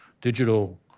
digital